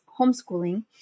homeschooling